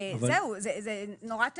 זהו, זה נורא תלוי.